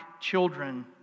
children